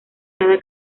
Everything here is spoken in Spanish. cada